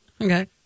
Okay